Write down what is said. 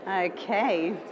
Okay